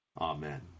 Amen